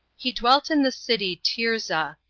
he dwelt in the city tirzah,